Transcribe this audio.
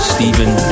Stephen